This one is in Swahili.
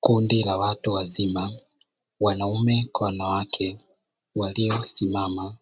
Kundi la watu wazima wanaume kwa wanawake, waliosimama